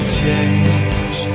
change